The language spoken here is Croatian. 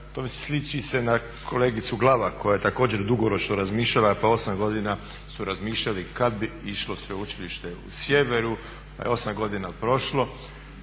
To mi sliči na kolegicu Glavak koja je također dugoročno razmišljala pa 8 godina su razmišljali kad bi išlo sveučilište u sjeveru pa je 8 godina prošlo.